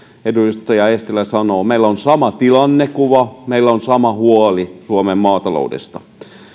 edustaja eestilä sanoi meillä on sama tilannekuva meillä on sama huoli suomen maataloudesta